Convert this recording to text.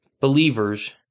believers